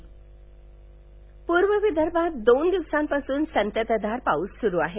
गोसीखुर्द पूर्व विदर्भात दोन दिवसांपासून संततधार पाऊस सुरू आहे